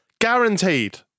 guaranteed